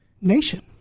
nation